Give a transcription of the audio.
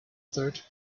third